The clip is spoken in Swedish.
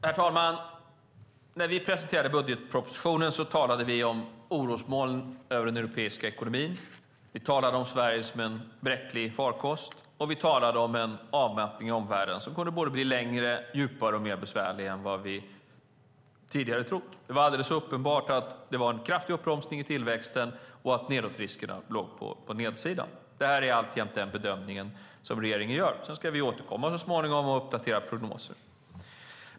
Herr talman! När vi presenterade budgetpropositionen talade vi om orosmoln över den europeiska ekonomin. Vi talade om Sverige som en bräcklig farkost, och vi talade om en avmattning i omvärlden som blir längre, djupare och besvärligare än vad vi tidigare trott. Det var alldeles uppenbart att det var en kraftig uppbromsning i tillväxten och att nedåtriskerna låg på nedsidan. Det här är alltjämt den bedömning som regeringen gör. Sedan ska vi återkomma så småningom och uppdatera prognosen.